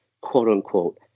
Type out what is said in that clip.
quote-unquote